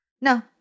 No